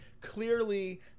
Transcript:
Clearly